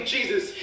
Jesus